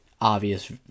obvious